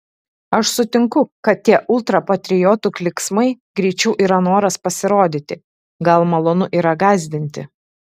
aš sutinku kad tie ultrapatriotų klyksmai greičiau yra noras pasirodyti gal malonu yra gąsdinti